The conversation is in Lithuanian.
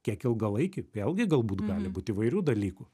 kiek ilgalaikį vėlgi galbūt gali būt įvairių dalykų